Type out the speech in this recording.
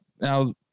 now